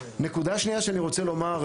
נקודה שנייה שאני רוצה לומר,